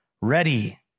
ready